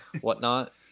whatnot